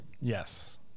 Yes